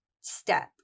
step